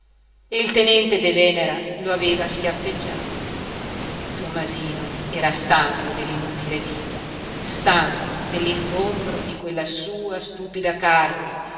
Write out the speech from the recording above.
il tenente de venera lo aveva schiaffeggiato tommasino era stanco dell'inutile vita stanco dell'ingombro di quella sua stupida carne